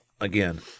Again